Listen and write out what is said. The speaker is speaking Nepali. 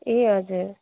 ए हजुर